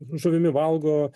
žuvimi valgo